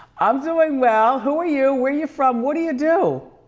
i'm doing well, who are you? where you from, what do you do?